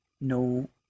no